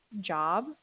job